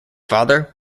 father